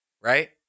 Right